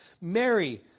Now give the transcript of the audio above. Mary